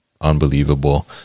unbelievable